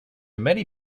many